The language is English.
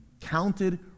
counted